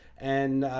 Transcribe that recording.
and,